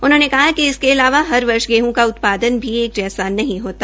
उन्होंने कहा कि इसके अलावा हर वर्ष गेहं का उत्पादन भी एक जैसा नहीं होता